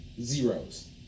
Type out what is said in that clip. zeros